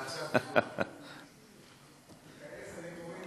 כאלה סנגורים,